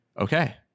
okay